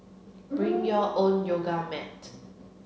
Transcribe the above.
bring your own yoga mat